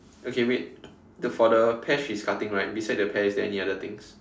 okay wait the for the pear she's cutting right beside the pear is there any other things